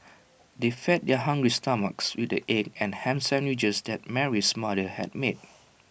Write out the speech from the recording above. they fed their hungry stomachs with the egg and Ham Sandwiches that Mary's mother had made